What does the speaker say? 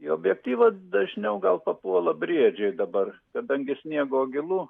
į objektyvą dažniau gal papuola briedžiai dabar kadangi sniego gilu